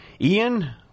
Ian